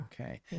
Okay